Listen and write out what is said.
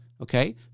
okay